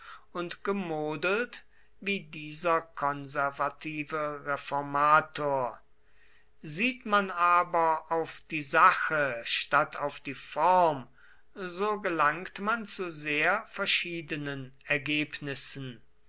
und gemodelt wie dieser konservative reformator sieht man aber auf die sache statt auf die form so gelangt man zu sehr verschiedenen ergebnissen